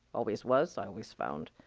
always was, i always found.